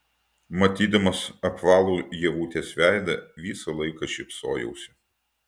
matydamas apvalų ievutės veidą visą laiką šypsojausi